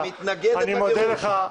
אני מודה לך.